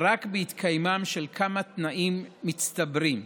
רק בהתקיימם של כמה תנאים מצטברים,